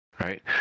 right